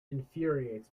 infuriates